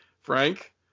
Frank